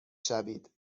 شوید